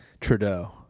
Trudeau